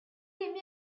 页面